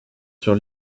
sur